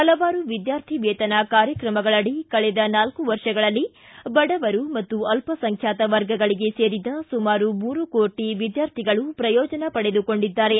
ಪಲವಾರು ವಿದ್ಯಾರ್ಥಿ ವೇತನ ಕಾರ್ಯಕ್ರಮಗಳಡಿ ಕಳೆದ ನಾಲ್ಲು ವರ್ಷಗಳಲ್ಲಿ ಬಡವರು ಮತ್ತು ಅಲ್ಪ ಸಂಖ್ಯಾತ ವರ್ಗಗಳಿಗೆ ಸೇರಿದ ಸುಮಾರು ಮೂರು ಕೋಟಿ ವಿದ್ಯಾರ್ಥಿಗಳು ಪ್ರಯೋಜನ ಪಡೆದುಕೊಂಡಿದ್ದಾರೆ